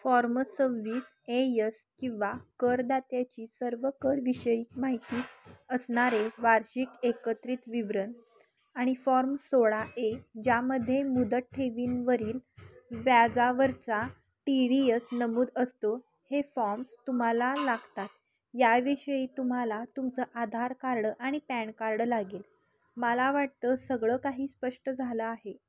form सव्वीस A S किंवा करदात्याची सर्व करविषयक माहिती असणारे वार्षिक एकत्रित विवरण आणि फॉर्म सोळा ए ज्यामध्ये मुदत ठेवींवरील व्याजावरचा टी डी यस नमूद असतो हे फॉम्स तुम्हाला लागतात याविषयी तुम्हाला तुमचं आधार कार्ड आणि पॅन कार्ड लागेल मला वाटतं सगळं काही स्पष्ट झालं आहे